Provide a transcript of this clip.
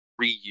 reuse